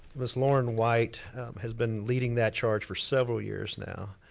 ms. lauren white has been leading that charge for several years now.